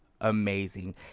amazing